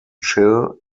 chill